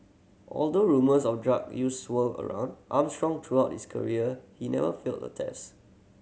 although rumours of drug use swirled around Armstrong throughout his career he never failed a test